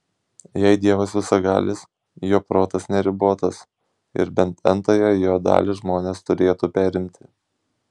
jei dievas visagalis jo protas neribotas ir bent n tąją jo dalį žmonės turėtų perimti